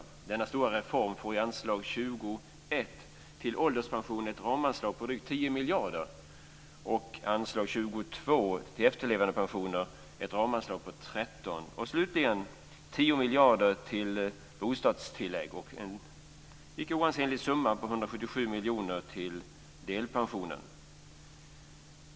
Som ett led i denna stora reform avsätts under anslaget 20:1 till ålderspensioner ett ramanslag om drygt 10 miljarder och under anslaget 20:2 till efterlevandepensioner ett ramanslag om 13 miljarder. Slutligen avsätts 10 miljarder till bostadstillägg och en inte oansenlig summa om 177 miljoner till delpensioner.